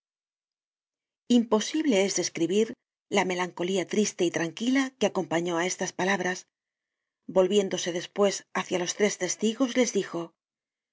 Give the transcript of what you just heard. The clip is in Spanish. imposible es describir la melancolía triste y tranquila que acompañó á estas palabras volviéndose despues hácia los tres trestigos les dijo